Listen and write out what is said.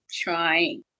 trying